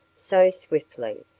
so swiftly,